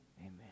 amen